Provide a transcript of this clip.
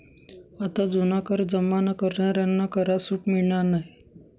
आता जुना कर जमा न करणाऱ्यांना करात सूट मिळणार नाही